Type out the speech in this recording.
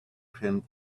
trained